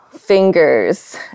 fingers